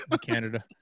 Canada